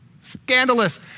Scandalous